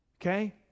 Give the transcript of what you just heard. Okay